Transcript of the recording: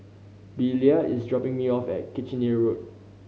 Belia is dropping me off at Kitchener Road